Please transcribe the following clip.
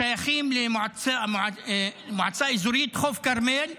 שייכים למועצה אזורית חוף כרמל,